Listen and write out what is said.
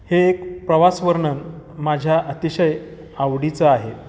हे एक प्रवासवर्णन माझ्या अतिशय आवडीचं आहे